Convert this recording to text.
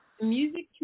Music